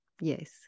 yes